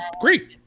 great